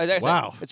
Wow